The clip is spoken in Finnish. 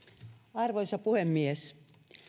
arvoisa puhemies